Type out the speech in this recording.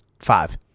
five